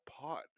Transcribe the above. pot